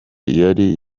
yari